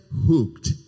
hooked